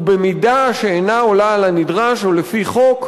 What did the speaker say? ובמידה שאינה עולה על הנדרש ולפי חוק,